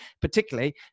particularly